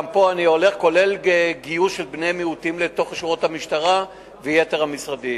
גם פה זה כולל גיוס של בני מיעוטים לשורות המשטרה ויתר המשרדים.